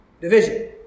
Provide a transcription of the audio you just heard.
division